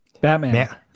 Batman